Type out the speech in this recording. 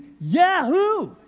Yahoo